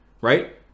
right